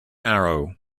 arrow